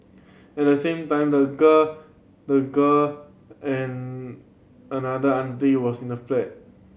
at the same time the girl the girl and another anti was in the flat